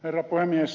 herra puhemies